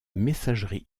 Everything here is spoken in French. messagerie